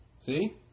See